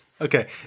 Okay